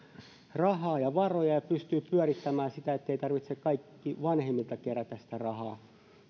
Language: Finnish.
rahaa ja varoja ja pystyy pyörittämään sitä ettei tarvitse vanhemmilta kerätä sitä rahaa kaikilla